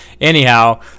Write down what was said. anyhow